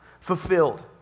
fulfilled